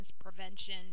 prevention